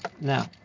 Now